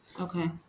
Okay